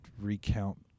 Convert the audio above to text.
recount